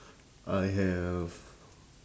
I have